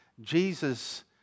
Jesus